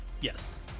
Yes